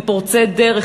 הם פורצי דרך,